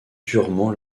durement